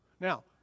Now